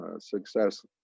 success